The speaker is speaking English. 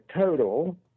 total